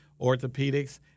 orthopedics